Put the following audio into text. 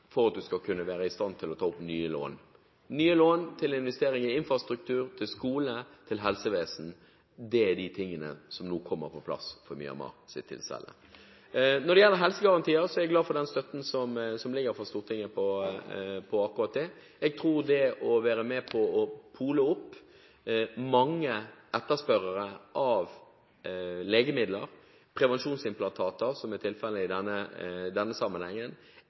infrastruktur, skole og helsevesen kommer nå på plass for Myanmars vedkommende. Når det gjelder helsegarantier, er jeg glad for den støtten som ligger fra Stortinget. Jeg tror det å være med på å poole opp mange etterspørrere av legemidler og prevensjonsimplantater, som er tilfellet i denne sammenhengen,